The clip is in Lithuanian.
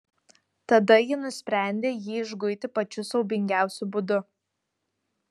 tada ji nusprendė jį išguiti pačiu siaubingiausiu būdu